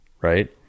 right